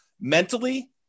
mentally